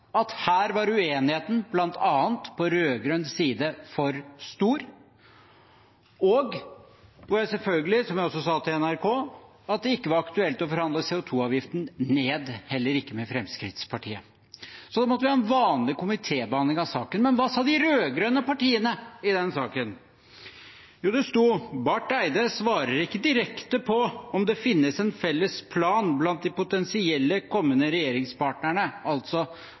også sa til NRK, at det ikke var aktuelt å forhandle CO 2 -avgiften ned, heller ikke med Fremskrittspartiet. Så måtte vi ha en vanlig komitébehandling av saken. Men hva sa de rød-grønne partiene i den saken? Det står: «Barth Eide svarer ikke direkte på om det finnes en felles plan blant de potensielle kommende regjeringspartnerne.» Altså